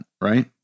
Right